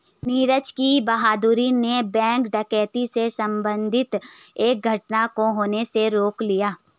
नीरज की बहादूरी ने बैंक डकैती से संबंधित एक घटना को होने से रोक लिया